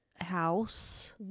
house